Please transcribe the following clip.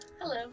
Hello